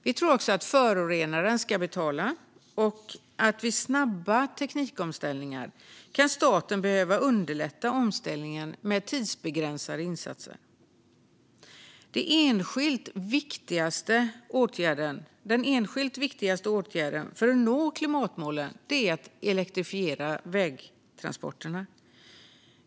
Vi tror också på att förorenaren ska betala och att staten vid snabba teknikomställningar kan behöva underlätta omställningen med tidsbegränsade insatser. Den enskilt viktigaste åtgärden för att nå klimatmålen är att elektrifiera vägtransporterna.